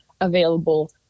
available